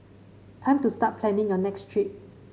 time to start planning your next trip